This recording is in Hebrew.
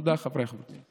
תודה, חבריי חברי הכנסת.